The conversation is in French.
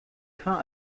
fin